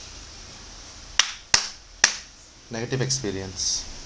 negative experience